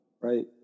right